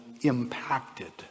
impacted